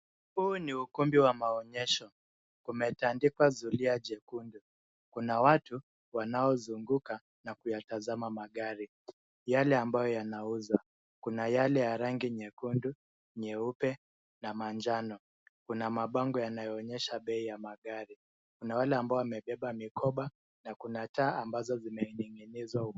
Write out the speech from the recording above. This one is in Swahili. Huu ni ukumbi wa maonyesho. Umetandikwa zulia jekundu. Kuna watu, wanaozunguka na kuyatazama magari. Yale ambayo yanauzwa. Kuna yale ya rangi nyekundu, nyeupe na manjano. Kuna mabango yanayoonyesha bei ya magari. Kuna wale ambao wamebeba mikoba, na kuna taa ambazo zimeninginizwa.